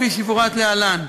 כפי שיפורט להלן: